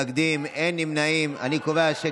ההצעה להעביר את הצעת חוק הצעת חוק קליטת חיילים משוחררים (תיקון,